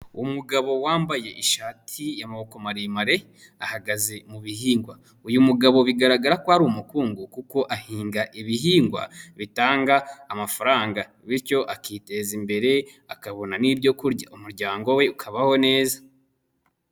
Umugabo wambaye ishati y'amaboko maremare, ahagaze mu bihingwa. Uyu mugabo bigaragara ko ari umukungu kuko ahinga ibihingwa bitanga amafaranga bityo akiteza imbere akabona n'ibyo arya umuryango we ukabaho neza.